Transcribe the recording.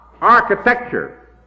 architecture